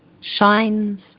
shines